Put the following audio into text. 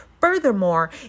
Furthermore